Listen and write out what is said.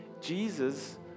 jesus